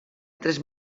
tres